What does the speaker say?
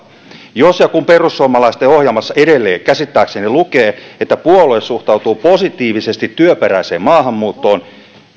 jos ja kun perussuomalaisten ohjelmassa edelleen käsittääkseni lukee että puolue suhtautuu positiivisesti työperäiseen maahanmuuttoon